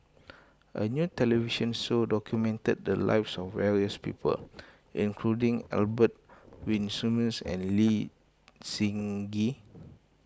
a new television show documented the lives of various people including Albert Winsemius and Lee Seng Gee